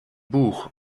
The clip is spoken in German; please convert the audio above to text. buch